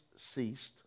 ceased